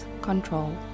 control